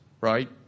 right